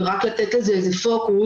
ורק לתת על זה איזשהו פוקוס.